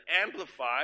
amplify